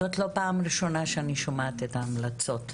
זאת לא פעם ראשונה שאני שומעת את ההמלצות.